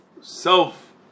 self